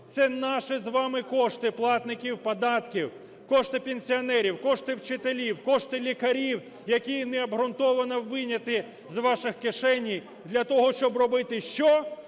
Це наші з вами кошти, платників податків, кошти пенсіонерів, кошти вчителів, кошти лікарів, які необґрунтовано вийняті з ваших кишень для того, щоб робити що